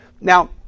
Now